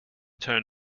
turn